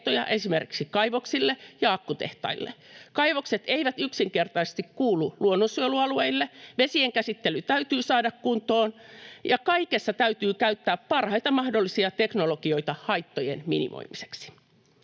esimerkiksi kaivoksille ja akkutehtaille. Kaivokset eivät yksinkertaisesti kuulu luonnonsuojelualueille, vesienkäsittely täytyy saada kuntoon, ja kaikessa täytyy käyttää parhaita mahdollisia teknologioita haittojen minimoimiseksi.